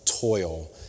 toil